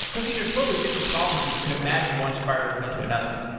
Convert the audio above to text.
because these are totally different problems, but you could imagine one spiraling into another.